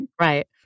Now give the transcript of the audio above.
Right